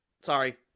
Sorry